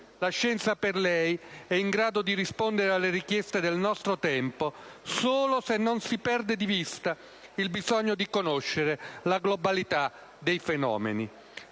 La scienza, per lei, è in grado di rispondere alle richieste del nostro tempo solo se non si perde di vista il bisogno di conoscere la globalità dei fenomeni.